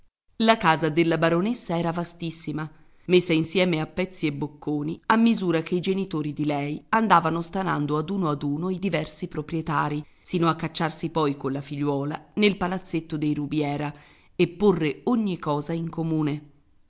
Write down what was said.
la casa della baronessa era vastissima messa insieme a pezzi e bocconi a misura che i genitori di lei andavano stanando ad uno ad uno i diversi proprietari sino a cacciarsi poi colla figliuola nel palazzetto dei rubiera e porre ogni cosa in comune